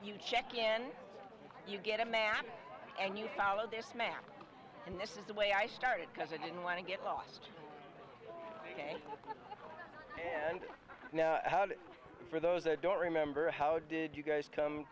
you check in you get a map and you follow this map and this is the way i started because i didn't want to get lost ok and for those that don't remember how did you guys come